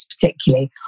particularly